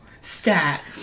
Stat